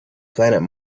planet